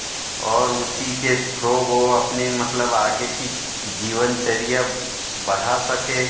और उसी के थ्रो वह अपनी मतलब आगे की जीवन चर्या बढ़ा सके